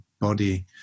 body